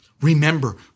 Remember